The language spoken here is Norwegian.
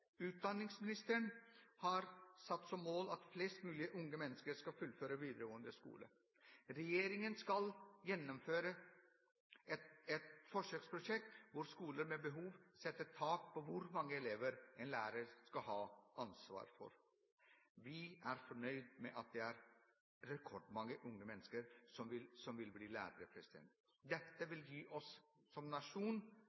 Utdanningsministeren har satt som mål at flest mulig unge mennesker skal fullføre videregående skole. Regjeringen skal gjennomføre et forsøksprosjekt hvor skoler med behov setter tak på hvor mange elever en lærer skal ha ansvar for. Vi er fornøyd med at det er rekordmange unge mennesker som vil bli lærere. Dette vil